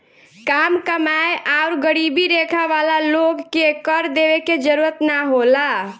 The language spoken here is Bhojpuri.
काम कमाएं आउर गरीबी रेखा वाला लोग के कर देवे के जरूरत ना होला